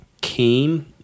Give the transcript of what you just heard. came